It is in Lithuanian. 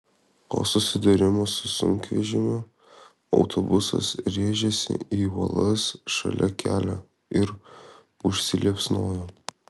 po susidūrimo su sunkvežimiu autobusas rėžėsi į uolas šalia kelio ir užsiliepsnojo